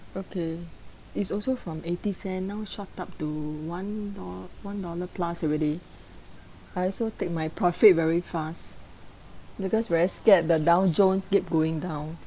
okay it's also from eighty cent now shot up to one do~ one dollar plus already I also take my profit very fast because very scared the Dow Jones kept going down